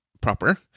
proper